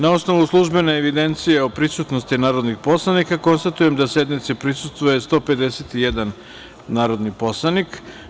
Na osnovu službene evidencije o prisutnosti narodnih poslanika, konstatujem da sednici prisustvuje 151 narodni poslanik.